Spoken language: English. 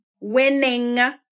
winning